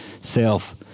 self